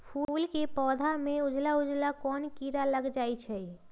फूल के पौधा में उजला उजला कोन किरा लग जई छइ?